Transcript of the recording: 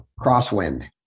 crosswind